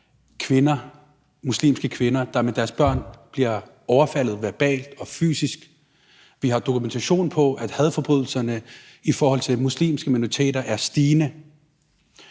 også om muslimske kvinder, der med deres børn bliver overfaldet verbalt og fysisk. Vi har dokumentation på, at antallet af hadforbrydelser i forhold til muslimske minoriteter er stigende.